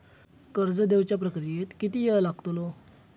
कर्ज देवच्या प्रक्रियेत किती येळ लागतलो?